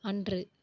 அன்று